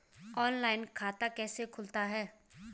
Online खाता कैसे खुलता है?